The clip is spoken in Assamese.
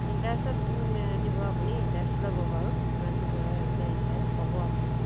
ইণ্টাৰেষ্টত দিব আপুনি ইণ্টাৰেষ্ট ল'ব বাৰু কিমানটো লৈ এতিয়া ইণ্টাৰেষ্ট ক'ব আপুনি